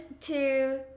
two